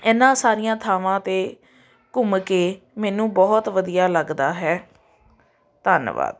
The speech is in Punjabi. ਇਹਨਾਂ ਸਾਰੀਆਂ ਥਾਵਾਂ 'ਤੇ ਘੁੰਮ ਕੇ ਮੈਨੂੰ ਬਹੁਤ ਵਧੀਆ ਲੱਗਦਾ ਹੈ ਧੰਨਵਾਦ